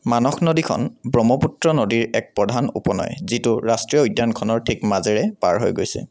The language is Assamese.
মানস নদীখন ব্ৰহ্মপুত্ৰ নদীৰ এক প্ৰধান উপনৈ যিটো ৰাষ্ট্ৰীয় উদ্যানখনৰ ঠিক মাজেৰে পাৰ হৈ গৈছে